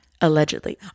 Allegedly